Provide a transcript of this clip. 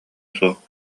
суох